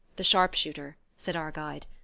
the sharp-shooter, said our guide.